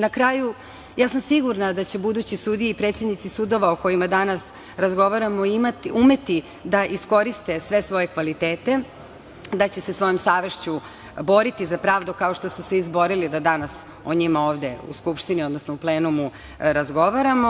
Na kraju, ja sam sigurna da će buduće sudije i predsednici sudova o kojima danas razgovaramo umeti da iskoriste sve svoje kvalitete, da će se svojom savešću boriti za pravdu kao što su se izborili do danas, o njima ovde u Skupštini, odnosno u plenumu razgovaramo.